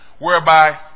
whereby